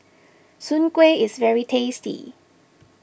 Soon Kueh is very tasty